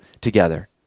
together